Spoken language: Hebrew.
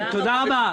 זה פיקוח נפש,